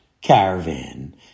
caravan